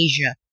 Asia